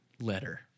letter